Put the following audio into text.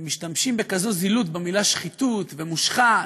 משתמשים בכזאת זילות במילה "שחיתות", ו"מושחת"